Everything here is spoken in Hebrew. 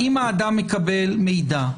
האם האדם מקבל מידע?